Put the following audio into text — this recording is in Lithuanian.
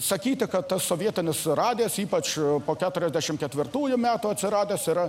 sakyti kad tas sovietinis radijas ypač po keturiasdešimt ketvirtųjų metų atsiradęs yra